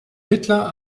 hitler